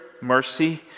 mercy